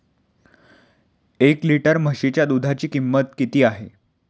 एक लिटर म्हशीच्या दुधाची किंमत किती आहे?